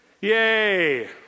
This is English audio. Yay